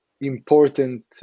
important